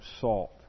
salt